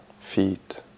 feet